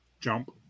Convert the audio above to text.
Jump